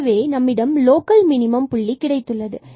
எனவே நம்மிடம் local minimum புள்ளி கிடைத்துள்ளது